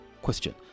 question